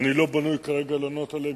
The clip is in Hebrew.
אני לא בנוי כרגע לענות עליהם,